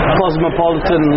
cosmopolitan